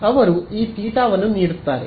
ಅವರು ಈ ಥೀಟಾವನ್ನು ನೀಡುತ್ತಾರೆ